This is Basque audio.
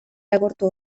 egurtu